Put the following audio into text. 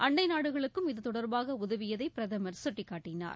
அண்டை நாடுகளுக்கும் இதுதொடர்பாக உதவியதை பிரதமர் சுட்டிக்காட்டினார்